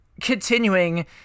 continuing